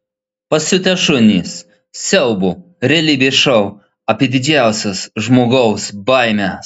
pasiutę šunys siaubo realybės šou apie didžiausias žmogaus baimes